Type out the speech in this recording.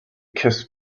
kiss